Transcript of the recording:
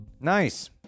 Nice